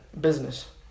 business